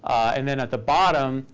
and then at the bottom,